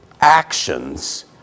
actions